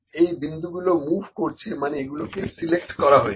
এই বিন্দুগুলো মুভ করছে মানে এগুলোকে সিলেক্ট করা হয়েছে